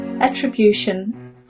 Attribution